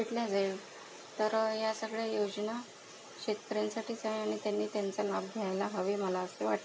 फिटलं जाईल तर या सगळ्या योजना शेतकऱ्यांसाठीच आहे आणि त्यांनी त्यांचा लाभ घ्यायला हवे मला असे वाट